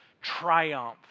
triumph